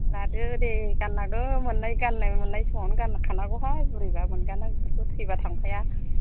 लादो दे गाननांगौ मोननाय गाननाय मोननाय समावनो गानखानांगौहाय बुरैबा मोनगाना बेफोरखौ थैबा थांफाया